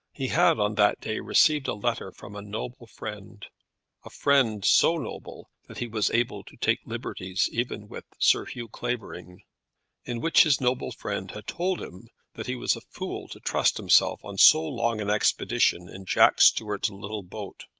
he had on that day received a letter from a noble friend a friend so noble that he was able to take liberties even with sir hugh clavering in which his noble friend had told him that he was a fool to trust himself on so long an expedition in jack stuart's little boat.